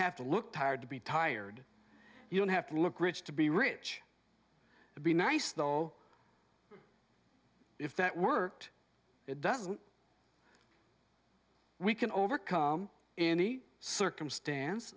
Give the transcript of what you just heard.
have to look tired to be tired you don't have to look rich to be rich to be nice though if that worked it doesn't we can overcome any circumstance